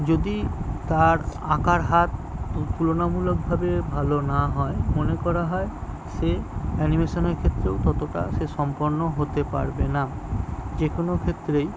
যদি তার আঁকার হাত তুলনামূলকভাবে ভালো না হয় মনে করা হয় সে অ্যানিমেশনের ক্ষেত্রেও ততটা সে সম্পন্ন হতে পারবে না যে কোনো ক্ষেত্রেই